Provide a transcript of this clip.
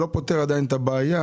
זה לא פותר עדיין את הבעיה